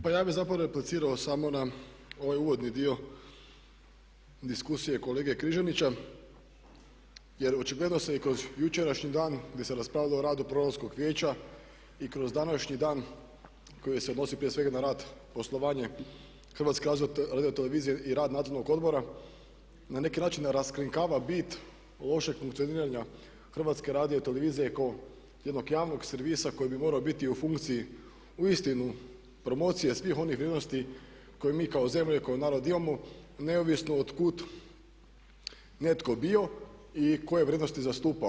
Pa ja bih zapravo replicirao samo na ovaj uvodni dio diskusije kolege Križanića, jer očigledno se i kroz jučerašnji dan gdje se raspravljalo o radu Programskog vijeća i kroz današnji dan koji se odnosi prije svega na rad, poslovanje HRT-a i rad Nadzornog odbora na neki način raskrinkava bit lošeg funkcioniranja HRT-a kao jednog javnog servisa koji bi morao biti u funkciji uistinu promocije svih onih vrijednosti koje mi kao zemlja i kao narod imamo neovisno od kud netko bio i koje vrijednosti zastupao.